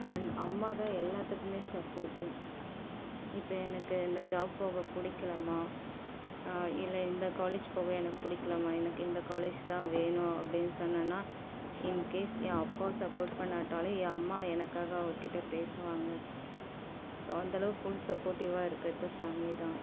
and அம்மாதான் எல்லாத்துக்குமே support இப்போ எனக்கு இந்த ஜாப் போக பிடிக்கலம்மா இல்லை இந்த காலேஜ் போக எனக்கு பிடிக்கலம்மா எனக்கு இந்த காலேஜ் தான் வேணும் அப்படின்னு சொன்னேன்னா இன்கேஸ் என் அப்பா சப்போட் பண்ணாட்டாலும் என் அம்மா எனக்காக அவர்கிட்ட பேசுவாங்கள் ஸோ அந்தளவு ஃபுல் சப்போட்டிவ்வாக இருக்கிறது ஃபேமிலிதான்